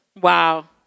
Wow